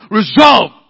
resolve